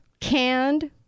Canned